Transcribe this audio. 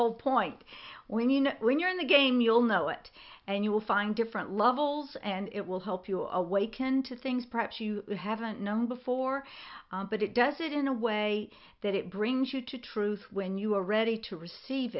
whole point when you know when you're in the game you'll know it and you'll find different levels and it will help you awaken to things perhaps you haven't known before but it does it in a way that it brings you to truth when you are ready to receive